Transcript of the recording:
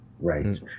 right